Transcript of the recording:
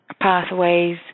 pathways